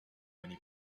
many